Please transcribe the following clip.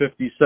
57